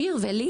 שיר ולי